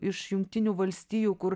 iš jungtinių valstijų kur